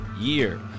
year